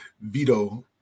Vito